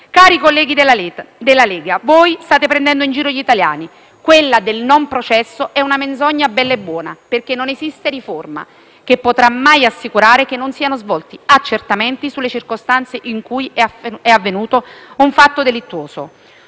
Cari colleghi della Lega, voi state prendendo in giro gli italiani. Quella del non processo è una menzogna bella e buona, perché non esiste riforma che potrà mai assicurare che non siano svolti accertamenti sulle circostanze in cui è avvenuto un fatto delittuoso.